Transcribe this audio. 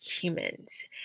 humans